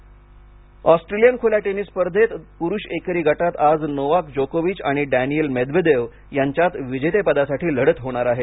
tennis Australian खुल्या tennis स्पर्धेत पुरुष एकेरी गटात आज नोवाक जोकोविच आणि डेनिल मेदवेदेव यांच्यात विजेतेपदासाठी लढत होणार आहे